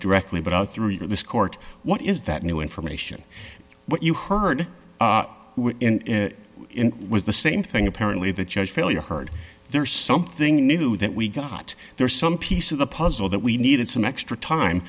directly but out through this court what is that new information what you heard in was the same thing apparently the judge failure heard there something new that we got there some piece of the puzzle that we needed some extra time